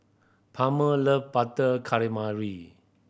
Palmer love Butter Calamari